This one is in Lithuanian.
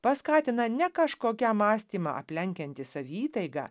paskatina ne kažkokia mąstymą aplenkianti saviįtaiga